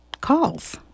calls